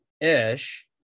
ish